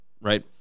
right